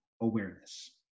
awareness